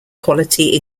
quality